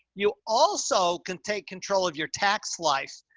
you also can take control of your tax life.